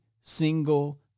single